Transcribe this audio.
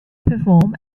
perform